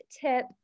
tip